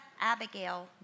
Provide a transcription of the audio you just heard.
Abigail